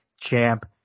champ